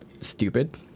stupid